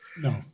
No